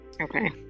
okay